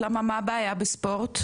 למה מה הבעיה בספורט?